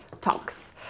Tonks